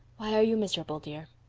why are you miserable, dear?